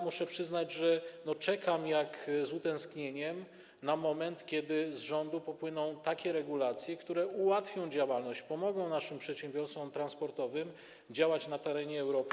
Muszę przyznać, że czekam z utęsknieniem na moment, kiedy z rządu popłyną takie regulacje, które ułatwią działalność, pomogą naszym przedsiębiorcom transportowym działać na terenie Europy.